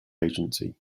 agency